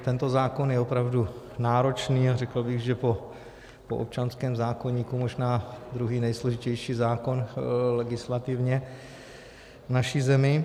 Tento zákon je opravdu náročný a řekl bych, že po občanském zákoníku možná druhý nejsložitější zákon legislativně v naší zemi.